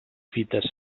fites